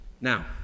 Now